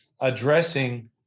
addressing